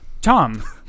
tom